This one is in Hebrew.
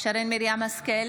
שרן מרים השכל,